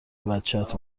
بچت